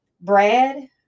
Brad